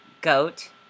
goat